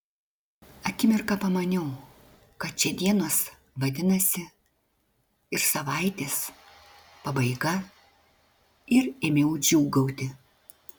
akimirką pamaniau kad čia dienos vadinasi ir savaitės pabaiga ir ėmiau džiūgauti